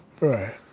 Right